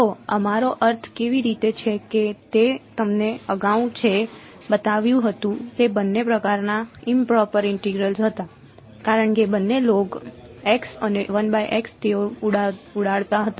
તો અમારો અર્થ કેવી રીતે છે કે મેં તમને અગાઉ જે બતાવ્યું હતું તે બંને પ્રકારના ઇમપ્રોપર ઇન્ટેગ્રલસ્ હતા કારણ કે બંને લોગ x અને 1x તેઓ ઉડાડતા હતા